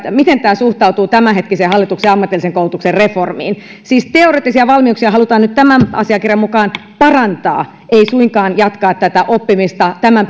miten tämä suhtautuu hallituksen tämänhetkiseen ammatillisen koulutuksen reformiin siis teoreettisia valmiuksia halutaan nyt tämän asiakirjan mukaan parantaa ei suinkaan jatkaa tätä oppimista tämän